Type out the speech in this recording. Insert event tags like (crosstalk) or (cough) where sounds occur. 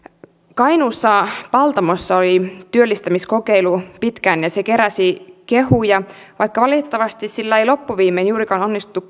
kainuussa paltamossa oli työllistämiskokeilu pitkään ja se keräsi kehuja vaikka valitettavasti sillä ei loppuviimein juurikaan onnistuttu (unintelligible)